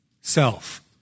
self